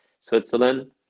switzerland